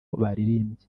baririmbye